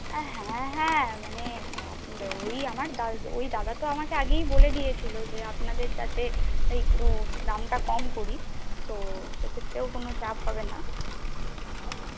হ্যাঁ হ্যাঁ মানে ওই দাদা তো আমাকে আগেই বলে দিয়েছিলো যে আপনাদের যাতে একটু দামটা কম করি তো সেক্ষেত্রেও কোন চাপ হবে না হ্যাঁ